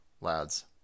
lads